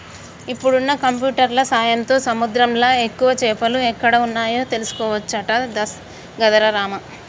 ఇప్పుడున్న కంప్యూటర్ల సాయంతో సముద్రంలా ఎక్కువ చేపలు ఎక్కడ వున్నాయో తెలుసుకోవచ్చట గదరా రామా